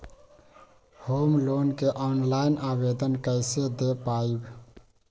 Home loan के online आवेदन कैसे दें पवई?